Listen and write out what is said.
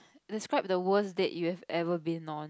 describe the worst date you have ever been known